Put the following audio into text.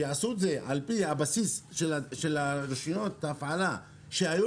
שיעשו את זה על פי הבסיס של רישיונות ההפעלה שהיו